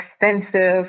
extensive